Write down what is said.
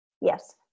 Yes